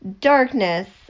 darkness